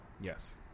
Yes